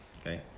okay